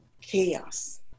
chaos